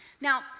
Now